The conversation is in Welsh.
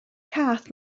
cath